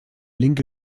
linke